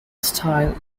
style